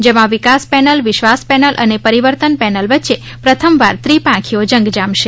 જેમાં વિકાસ પેનલ વિશ્વાસ પેનલ અને પરિવર્તન પેનલ વચ્ચે પ્રથમવાર ત્રિપાંખીયો જંગ જામશે